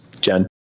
Jen